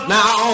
now